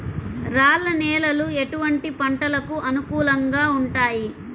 రాళ్ల నేలలు ఎటువంటి పంటలకు అనుకూలంగా ఉంటాయి?